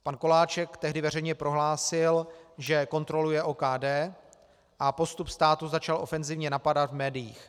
Pan Koláček tehdy veřejně prohlásil, že kontroluje OKD, a postup státu začal ofenzivně napadat v médiích.